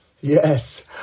Yes